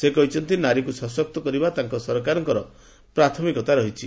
ସେ କହିଛନ୍ତି ନାରୀକୁ ସଶକ୍ତ କରିବା ତାଙ୍କ ସରକାରଙ୍କର ପ୍ରାଥମିକତା ଦେଉଛନ୍ତି